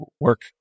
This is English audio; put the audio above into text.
work